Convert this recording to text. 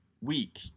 week